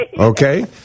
Okay